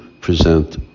present